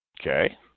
Okay